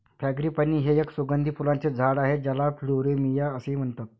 frangipani हे एक सुगंधी फुलांचे झाड आहे ज्याला प्लुमेरिया असेही म्हणतात